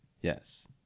yes